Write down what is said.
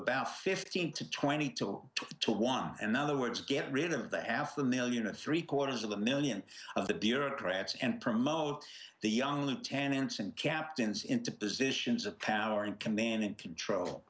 about fifteen to twenty two to one another word to get rid of the half the million or three quarters of a million of the bureaucrats and promote the young lieutenants and captains into positions of power in command and control